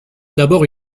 d’abord